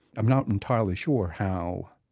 i'm not entirely sure how,